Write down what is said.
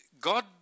God